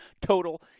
total